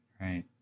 Right